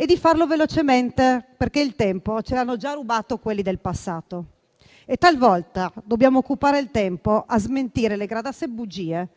e di farlo velocemente, perché il tempo ce l'hanno già rubato quelli del passato e talvolta dobbiamo occupare il tempo a smentire le gradasse bugie